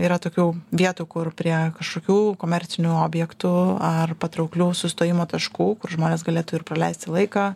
yra tokių vietų kur prie kažkokių komercinių objektų ar patrauklių sustojimo taškų kur žmonės galėtų ir praleisti laiką